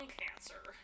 cancer